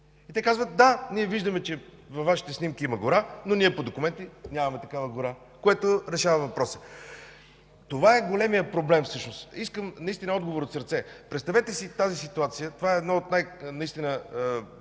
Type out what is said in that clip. снимки. Те: „Да, ние виждаме, че във Вашите снимки има гора, но ние по документи нямаме такава гора, което решава въпроса”. Това е големият проблем всъщност. Искам наистина отговор от сърце. Представете си тази ситуация. Това е едно от божествените